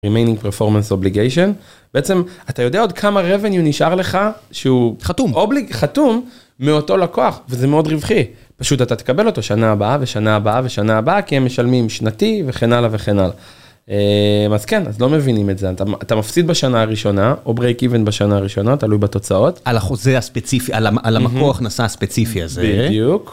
רימיינינג פרפורמנס אובליגיישן בעצם אתה יודע עוד כמה רבניו נשאר לך שהוא חתום מאותו לקוח וזה מאוד רווחי. פשוט אתה תקבל אותו שנה הבאה ושנה הבאה ושנה הבאה כי הם משלמים שנתי וכן הלאה וכן הלאה. אז כן, אז לא מבינים את זה אתה מפסיד בשנה הראשונה או ברייק איבן בשנה הראשונה תלוי בתוצאות על החוזה הספציפי, על המקור הכנסה ספציפי הזה.